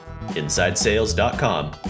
InsideSales.com